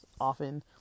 often